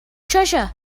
treasure